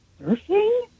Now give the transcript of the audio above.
surfing